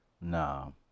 No